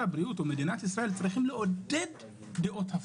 הבריאות או מדינת ישראל צריכים לעודד דעות שונות,